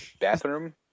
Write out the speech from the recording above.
Bathroom